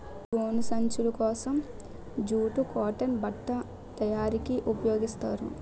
గోను సంచులు కోసం జూటు కాటన్ బట్ట తయారీకి ఉపయోగిస్తారు